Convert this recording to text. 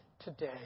today